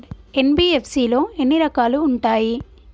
NBFC లో ఎన్ని రకాలు ఉంటాయి?